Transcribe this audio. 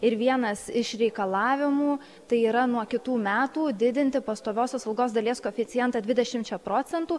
ir vienas iš reikalavimų tai yra nuo kitų metų didinti pastoviosios algos dalies koeficientą dvidešimčia procentų